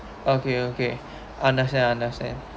okay okay understand understand